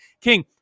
king